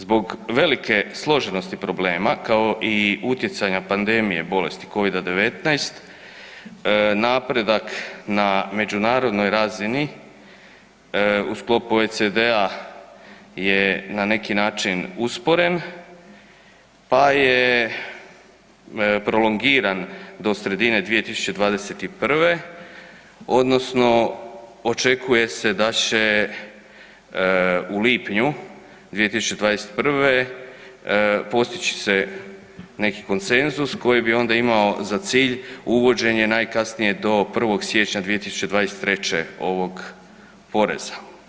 Zbog velike složenosti problema kao i utjecaja pandemije bolesti covid-19 napredak na međunarodnoj razini u sklopu OECD-a je na neki način usporen pa je prolongiran do sredine 2021.g. odnosno očekuje se da će u lipnju 2021.postići se neki konsenzus koji bi onda imao za cilj uvođenje najkasnije do 1.siječnja 2023.ovog poreza.